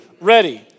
ready